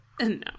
No